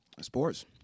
sports